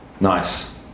Nice